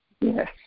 Yes